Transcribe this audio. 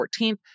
14th